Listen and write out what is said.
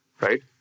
right